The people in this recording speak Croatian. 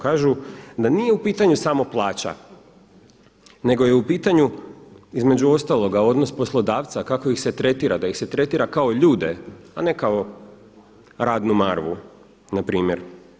Kažu da nije u pitanju samo plaća, nego je u pitanju između ostaloga odnos poslodavca kako ih se tretira, da ih se tretira kao ljude a ne kao radnu marvu na primjer.